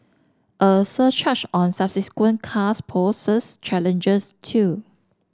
a surcharge on subsequent cars poses challenges too